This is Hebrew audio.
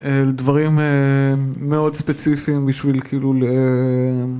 דברים מאוד ספציפיים בשביל כאילו